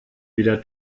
wieder